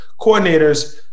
coordinators